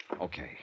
Okay